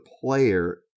player